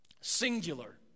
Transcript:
Singular